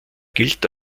gilt